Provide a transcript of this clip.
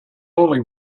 only